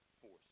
force